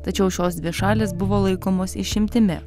tačiau šios dvi šalys buvo laikomos išimtimi